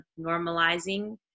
normalizing